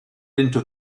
into